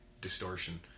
distortion